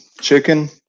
chicken